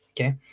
Okay